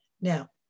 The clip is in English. Now